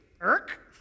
irk